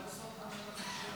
כבוד היושב-ראש,